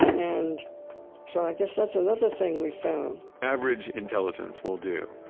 and so i guess that's another thing we've found average intelligence will do.